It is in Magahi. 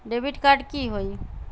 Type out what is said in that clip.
डेबिट कार्ड की होई?